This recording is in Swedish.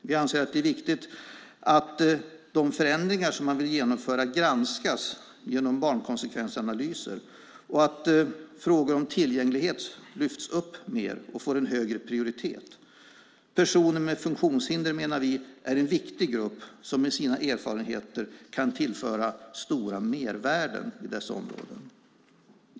Vi anser att det är viktigt att de förändringar som man vill genomföra granskas genom barnkonsekvensanalyser och att frågor om tillgänglighet lyfts upp mer och får en högre prioritet. Vi menar att personer med funktionshinder är en viktig grupp som kan tillföra stora mervärden i dessa områden med sina erfarenheter.